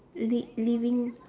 li~ living